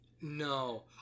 no